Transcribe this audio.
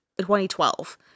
2012